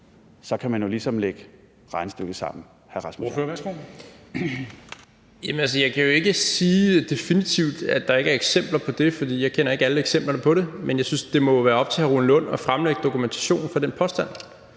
Rasmus Jarlov (KF): Altså, jeg kan jo ikke sige definitivt, at der ikke er eksempler på det, for jeg kender ikke alle eksemplerne. Men jeg synes, det må være op til hr. Rune Lund at fremlægge dokumentation for den påstand,